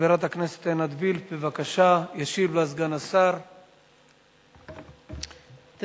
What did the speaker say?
הצעה לסדר-היום מס' 6933. חברת הכנסת עינת וילף,